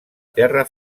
terra